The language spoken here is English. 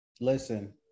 listen